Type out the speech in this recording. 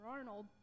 Arnold